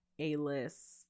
a-list